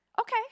okay